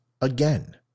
again